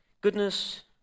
goodness